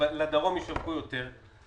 ולדרום ישווקו יותר,